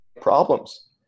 problems